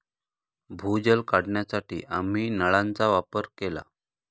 भूजल काढण्यासाठी आम्ही नळांचा वापर केला